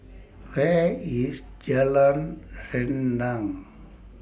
Where IS Jalan Rendang